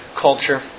culture